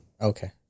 Okay